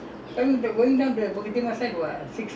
you go inside the drain and walk through ah